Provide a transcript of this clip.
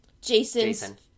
Jason